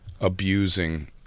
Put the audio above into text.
abusing